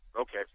Okay